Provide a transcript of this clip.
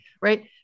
right